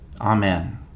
Amen